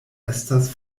estas